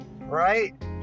right